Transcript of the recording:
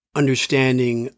understanding